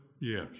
yes